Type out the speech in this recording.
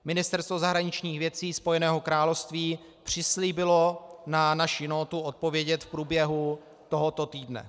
Ministerstvo zahraničních věcí Spojeného království přislíbilo na naši nótu odpovědět v průběhu tohoto týdne.